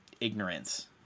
ignorance